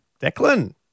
Declan